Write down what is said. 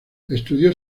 estudió